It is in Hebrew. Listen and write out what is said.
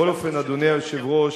בכל אופן, אדוני היושב-ראש,